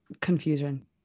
Confusion